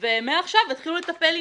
ומעכשיו יתחילו לטפל עניינית.